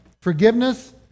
Forgiveness